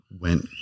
went